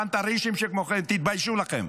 חנטרישים שכמוכם, תתביישו לכם.